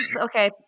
okay